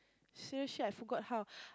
seriously I forgot how